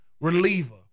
reliever